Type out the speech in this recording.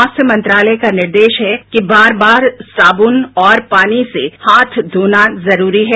स्वास्थ्य मंत्रालय का निर्देश है कि बार बार साबुन और पानी से हाथ धोना जरूरी है